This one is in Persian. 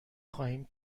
خواهیم